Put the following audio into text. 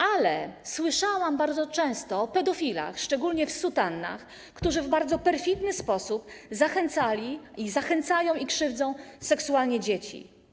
Ale słyszałam bardzo często o pedofilach, szczególnie w sutannach, którzy w bardzo perfidny sposób do tego zachęcali, zachęcają i krzywdzą seksualnie dzieci.